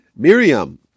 Miriam